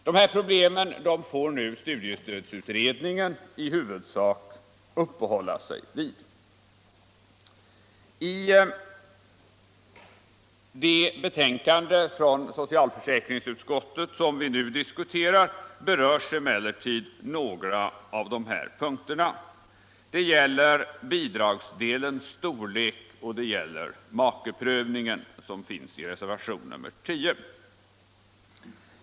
Dessa problem får nu studiestödsutredningen i huvudsak uppehålla sig vid. I det betänkande från socialförsäkringsutskottet som vi nu diskuterar berörs emellertid några av dessa punkter. Det gäller bidragsdelens storlek och makeprövningen, som tas upp i reservationen 10.